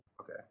okay